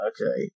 Okay